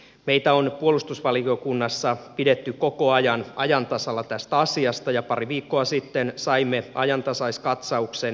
meitä on puolustusvaliokunnassa pidetty koko ajan ajan tasalla tästä asiasta ja pari viikkoa sitten saimme ajantasaiskatsauksen